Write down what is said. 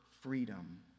freedom